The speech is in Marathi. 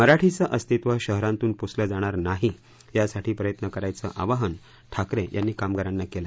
मराठीचं अस्तित्व शहरातून पुसलं जाणार नाही यासाठी प्रयत्न करायचं आवाहन ठाकरे यांनी कामगारांना केलं